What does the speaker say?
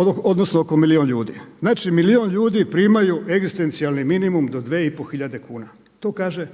odnosno oko milijun ljudi. Znači milijun ljudi primaju egzistencijalni minimum do dvije i pol hiljade kuna. To kaže